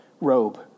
robe